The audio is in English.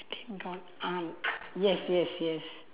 wedding gown um yes yes yes